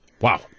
Wow